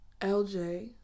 LJ